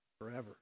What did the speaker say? Forever